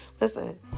listen